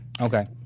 Okay